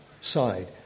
side